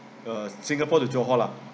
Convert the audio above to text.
uh singapore to johor lah